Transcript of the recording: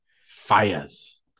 Fires